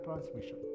transmission